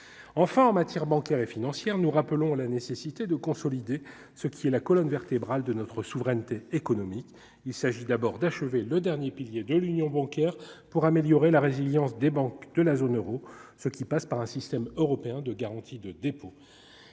enfin en matière bancaire et financière nous rappelons la nécessité de consolider ce qui est la colonne vertébrale de notre souveraineté économique, il s'agit d'abord d'achever le dernier pilier de l'union bancaire pour améliorer la résilience des banques de la zone Euro, ce qui passe par un système européen de garantie de dépôts,